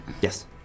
Yes